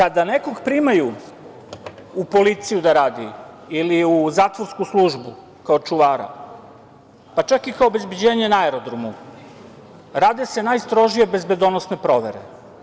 Znači, kada nekog primaju u policiju da radi ili u zatvorsku službu kao čuvara, pa čak i kao obezbeđenje na aerodromu, rade se najstrožije bezbedonosne provere.